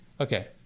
Okay